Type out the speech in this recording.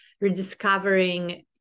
rediscovering